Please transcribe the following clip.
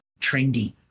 trendy